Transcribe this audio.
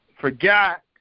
forgot